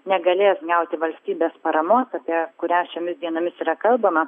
negalės gauti valstybės paramos apie kurią šiomis dienomis yra kalbama